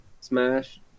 Smash